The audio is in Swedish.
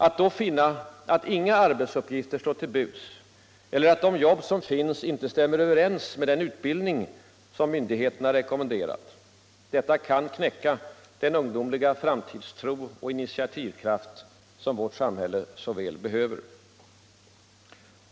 Att då finna att inga arbetsuppgifter står till buds eller att de jobb som finns inte stämmer överens med den utbildning som myndigheterna rekommenderat kan knäcka den ungdomliga framtidstro och initiativkraft som vårt samhälle så väl behöver.